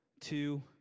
two